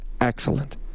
Excellent